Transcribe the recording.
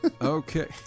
Okay